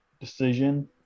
decision